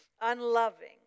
unloving